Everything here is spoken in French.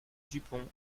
dupont